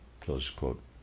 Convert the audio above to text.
close-quote